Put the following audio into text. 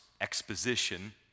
exposition